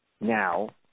Now